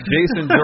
Jason